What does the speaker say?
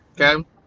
okay